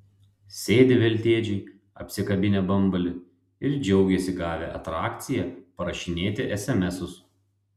sėdi veltėdžiai apsikabinę bambalį ir džiaugiasi gavę atrakciją parašinėt esemesus